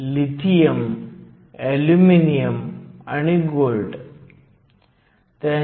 55 electron volt घेऊ शकतो